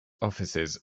offices